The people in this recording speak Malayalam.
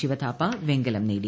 ശിവഥാപ്പ വെങ്കലം നേടി